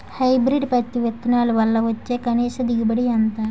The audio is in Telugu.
హైబ్రిడ్ పత్తి విత్తనాలు వల్ల వచ్చే కనీస దిగుబడి ఎంత?